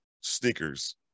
sneakers